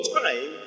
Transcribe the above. time